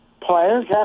players